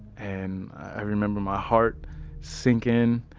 and, i remember my heart sinkin',